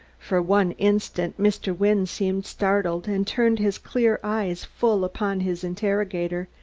for one instant mr. wynne seemed startled, and turned his clear eyes full upon his interrogator,